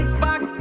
back